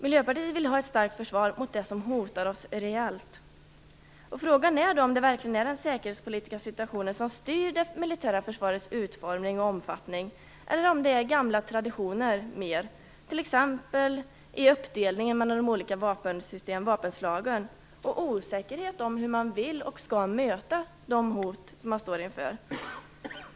Miljöpartiet vill ha ett starkt försvar mot det som hotar oss reellt. Frågan är om det verkligen är den säkerhetspolitiska situationen som styr det militära försvarets utformning och omfattning eller om det mer är gamla traditioner, t.ex. i uppdelningen mellan de olika vapenslagen och osäkerhet om hur man vill och skall möta de hot som man står inför.